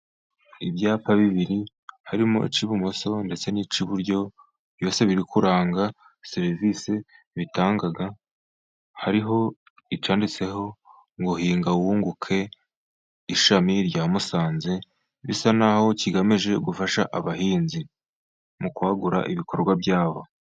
Ibyapa bibiri harimo icy'ibumoso ndetse n'icy'iburyo byose biri kuranga serivisi bitanga. Hariho icyanditseho ngo :"Hinga wunguke ishami rya Musanze." Bisa naho kigamije gufasha abahinzi mu kwagura ibikorwa byabo.